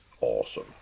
awesome